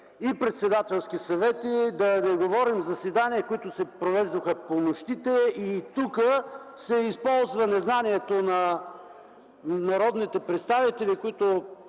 председателски съвети, да не говорим за заседанията, които се провеждаха по нощите. Тук се използва незнанието на народните представители, 70%